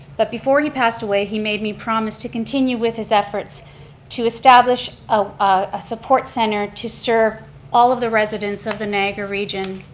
but before he passed away, he made me promise to continue with his efforts to establish a support center to serve all of the residents the niagara region.